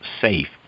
safe